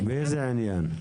באיזה עניין?